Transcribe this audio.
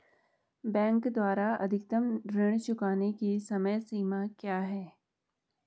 Bank द्वारा अधिकतम ऋण चुकाने की समय सीमा क्या है?